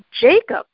Jacob